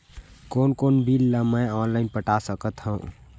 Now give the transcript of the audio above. कोन कोन बिल ला मैं ऑनलाइन पटा सकत हव?